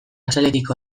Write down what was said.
axaletik